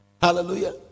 Hallelujah